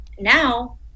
now